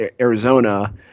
Arizona